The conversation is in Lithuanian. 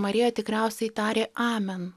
marija tikriausiai tarė amen